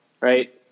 right